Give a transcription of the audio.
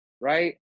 right